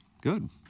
Good